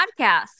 podcast